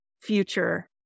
future